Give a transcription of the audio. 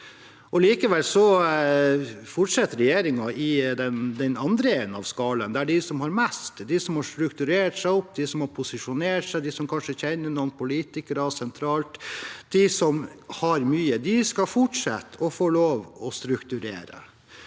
Likevel fortsetter regjeringen i den andre enden av skalaen, der de som har mest, de som har strukturert seg opp, de som har posisjonert seg, de som kanskje kjenner noen politi kere sentralt, de som har mye, skal fortsette å få lov til å strukturere.